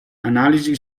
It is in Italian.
analisi